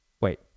Wait